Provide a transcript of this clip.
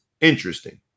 interesting